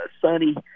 sunny